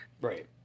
Right